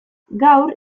gaur